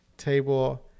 table